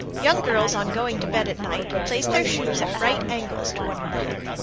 young girls on going to bed at night place their shoes at right angles to one another,